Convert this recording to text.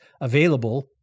available